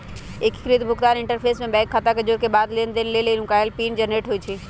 एकीकृत भुगतान इंटरफ़ेस में बैंक खता जोरेके बाद लेनदेन लेल एगो नुकाएल पिन जनरेट होइ छइ